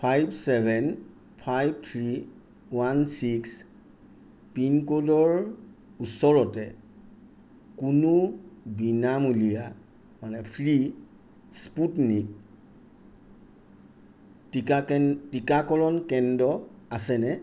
five seven five three one six pin ক'ডৰ ওচৰতে কোনো বিনামূলীয়া মানে ফ্ৰী স্পুটনিক টীকাকৰণ কেন্দ্ৰ আছেনে